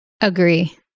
Agree